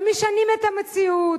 ומשנים את המציאות.